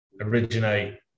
originate